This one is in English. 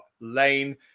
Lane